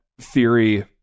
theory